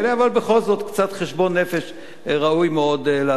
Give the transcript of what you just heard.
אבל בכל זאת, קצת חשבון נפש ראוי מאוד לעשות.